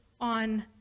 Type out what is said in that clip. on